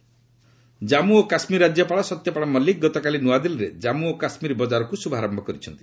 JK governor ବଜାର ଜାମ୍ଗୁ ଓ କାଶ୍ମୀର ରାଜ୍ୟପାଳ ସତ୍ୟପାଲ ମଲ୍ଲିକ ଗତକାଲି ନୂଆଦିଲ୍ଲୀରେ ଜାମ୍ଗୁ ଓ କାଶ୍ମୀର ବଜାରକୁ ଶୁଭାରୟ କରିଛନ୍ତି